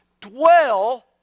dwell